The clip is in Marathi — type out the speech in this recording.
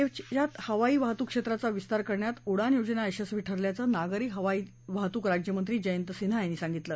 देशात हवाई वाहतूक क्षेत्राचा विस्तार करण्यात उडान योजना यशस्वी ठरल्याचं नागरी हवाई वाहतूक राज्यमंत्री जयंत सिन्हा यांनी सांगितलं